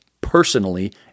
personally